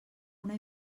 una